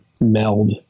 meld